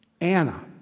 Anna